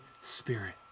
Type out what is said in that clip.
Spirit